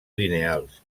lineals